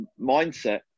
mindset